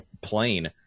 plane